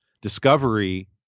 Discovery